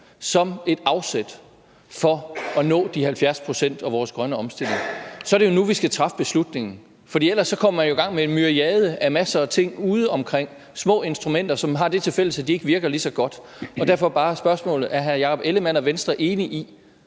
som et afsæt for at nå de 70 pct. af vores grønne omstilling, så er det jo nu, vi skal træffe beslutningen. For ellers går man i gang med en myriade af ting ude omkring og bruger små instrumenter, som har det tilfælles, at de ikke virker lige så godt. Og derfor har jeg bare spørgsmålet: Er hr. Jakob Ellemann-Jensen og Venstre enige i,